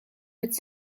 het